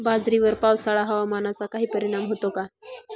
बाजरीवर पावसाळा हवामानाचा काही परिणाम होतो का?